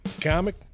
comic